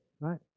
right